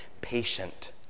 patient